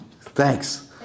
thanks